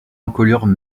encolure